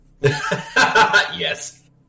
Yes